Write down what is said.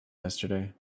yesterday